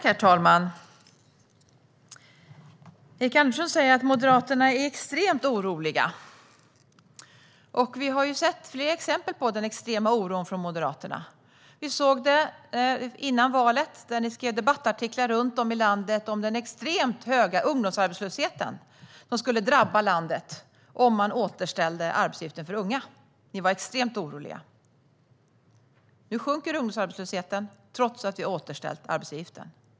Herr talman! Erik Andersson säger att Moderaterna är extremt oroliga. Vi har sett fler exempel på den extrema oron från Moderaternas sida. Vi såg det före valet, när ni skrev debattartiklar runt om i landet om den extremt höga ungdomsarbetslöshet som skulle drabba landet om man återställde arbetsgivaravgiften för unga. Ni var extremt oroliga. Nu sjunker ungdomsarbetslösheten trots att vi har återställt arbetsgivaravgiften.